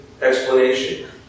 explanation